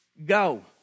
Go